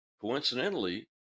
Coincidentally